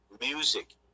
music